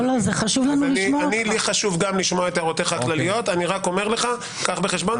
ברור, כחלק מההסכמות,